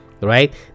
right